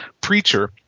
Preacher